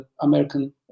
American